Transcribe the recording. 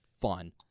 fun